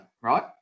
right